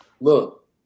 Look